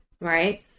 Right